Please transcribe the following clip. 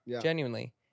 genuinely